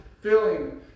feeling